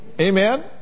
Amen